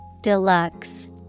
Deluxe